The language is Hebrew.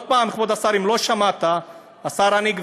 עוד פעם, כבוד השר, אם לא שמעת, השר הנגבי,